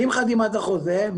עם חתימת החוזה,